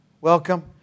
welcome